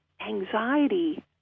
anxiety